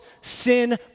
sin